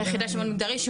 היחידה לשוויון מגדרי,